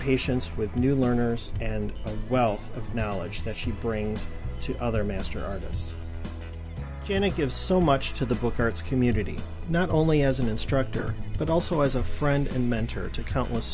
patience with new learners and a wealth of knowledge that she brings to other master artist jenna give so much to the book hurts community not only as an instructor but also as a friend and mentor to count